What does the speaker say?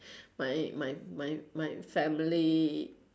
my my my my family